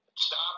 Stop